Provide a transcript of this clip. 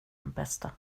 bästa